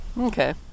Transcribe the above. Okay